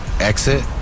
exit